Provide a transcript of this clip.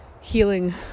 healing